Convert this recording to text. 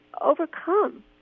overcome